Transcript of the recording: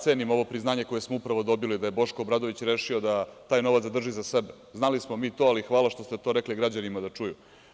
Cenim ovo priznanje koje smo upravo dobili da je Boško Obradović rešio da taj novac zadrži za sebe, znali smo mi to, ali hvala što ste to rekli građanima da čuju.